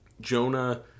Jonah